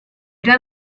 già